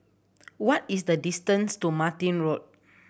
what is the distance to Martin Road